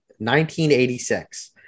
1986